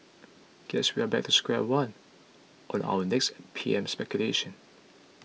guess we are back to square one on our next P M speculation